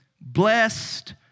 Blessed